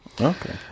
Okay